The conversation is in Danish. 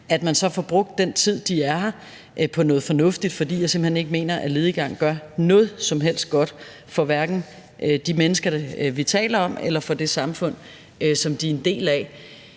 permanent, så får de brugt den tid, de er her, på noget fornuftigt, for jeg mener simpelt hen ikke, at lediggang gør noget som helst godt for hverken de mennesker, vi taler om, eller for det samfund, som de er en del af.